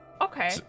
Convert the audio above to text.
Okay